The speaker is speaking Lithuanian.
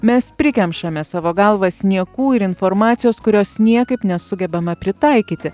mes prikemšame savo galvas niekų ir informacijos kurios niekaip nesugebama pritaikyti